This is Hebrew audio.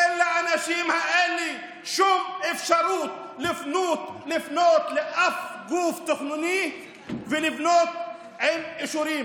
אין לאנשים האלה שום אפשרות לפנות לאף גוף תכנוני ולבנות עם אישורים.